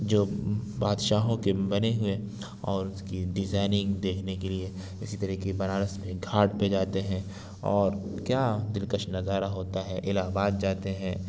جو بادشاہوں کے بنے ہوئے اور اس کی ڈیزائیننگ دیکھنے کے لیے اسی طریقے بنارس میں گھاٹ پہ جاتے ہیں اور کیا دلکش نظارہ ہوتا ہے الہ آباد جاتے ہیں